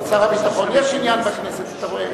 שר הביטחון, יש עניין בכנסת, אתה רואה.